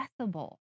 accessible